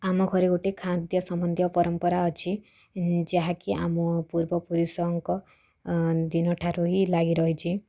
ଆମ ଘରେ ଗୋଟେ ଖାଆନ୍ତିଆ ସମ୍ବନ୍ଧୀୟ ପରମ୍ପରା ଅଛି ଇଁ ଯାହାକି ଆମ ପୁର୍ବପୁରୁଷଙ୍କ ଦିନଠାରୁ ହିଁ ଲାଗି ରହିଛି